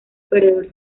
perdedor